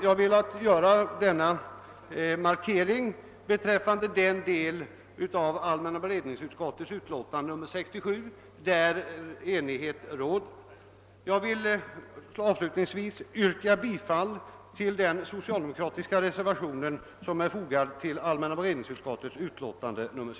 Jag har velat göra denna markering beträffande den del av allmänna beredningsutskottets utlåtande nr 67 om vilken enighet råder. Jag vill avslutningsvis yrka bifall till den socialdemokratiska reservation som är fogad till utlåtandet.